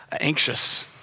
anxious